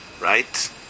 right